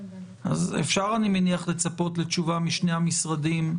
אני מניח שאפשר לצפות לתשובה משני המשרדים,